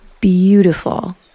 beautiful